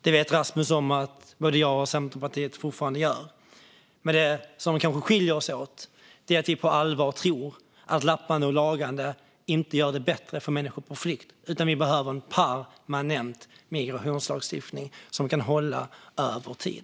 Det vet Rasmus om att både jag och Centerpartiet fortfarande gör. Det som kanske skiljer oss åt är att vi på allvar tror att lappande och lagande inte gör det bättre för människor på flykt. Vi behöver en permanent migrationslagstiftning som kan hålla över tid.